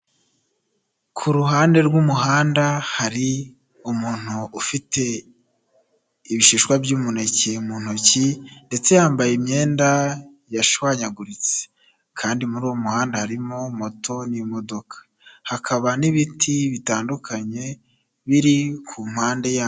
Ku ruhande rw'umuhanda hari umuntu ufite ibishishwa by'umuneke mu ntoki ndetse yambaye imyenda yashwanyaguritse, kandi muri uwo muhanda harimo moto n'imodoka hakaba n'ibiti bitandukanye biri ku mpande yabyo.